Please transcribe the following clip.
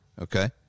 Okay